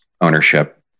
ownership